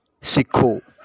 ਸਿੱਖੋ